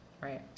Right